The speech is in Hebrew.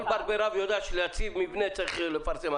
כל בר בי רב יודע שכדי להציב מבנה צריך לפרסם.